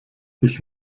ich